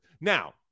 Now